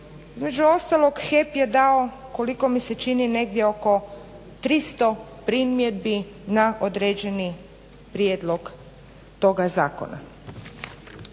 između ostalog HEP je dao koliko mi se čini negdje oko 300 primjedbi na određeni prijedlog toga zakona.